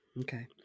Okay